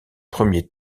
premier